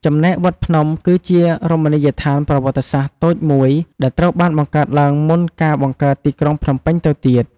ចំណែកវត្តភ្នំគឺជារមណីយដ្ឋានប្រវត្តិសាស្ត្រតូចមួយដែលត្រូវបានបង្កើតឡើងមុនការបង្កើតទីក្រុងភ្នំពេញទៅទៀត។